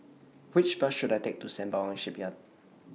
Which Bus should I Take to Sembawang Shipyard